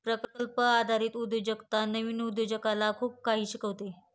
प्रकल्प आधारित उद्योजकता नवीन उद्योजकाला खूप काही शिकवते